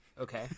Okay